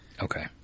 Okay